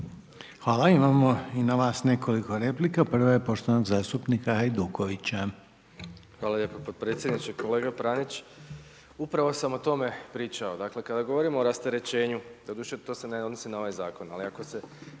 Hvala. Imamo i na vas nekoliko replika. Prva je poštovanog zastupnika Hajdukovića. **Hajduković, Domagoj (SDP)** Hvala lijepa potpredsjedniče. Kolega Pranić, upravo sam o tome pričao. Dakle kada govorimo o rasterećenju, doduše to se ne odnosi na ovaj zakon ali ako se